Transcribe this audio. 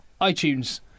iTunes